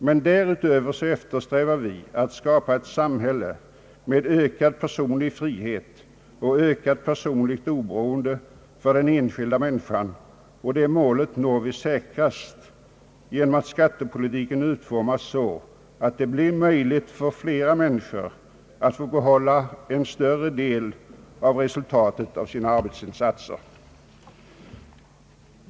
Men därutöver eftersträvar vi att skapa ett samhälle med ökad personlig frihet och ökat personligt oberoende för den enskilda människan, och det målet når vi säkrast genom att skattepolitiken utformas så att det blir möjligt för flera människor att få behålla en större del av resultatet av sina arbetsinsatser.